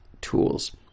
tools